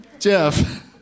Jeff